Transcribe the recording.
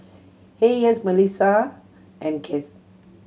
Hayes Malissa and Cass